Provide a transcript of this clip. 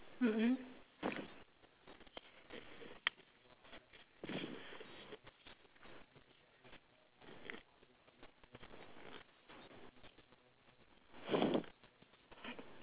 mm mm